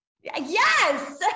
Yes